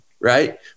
right